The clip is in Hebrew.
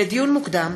לדיון מוקדם: